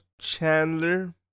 Chandler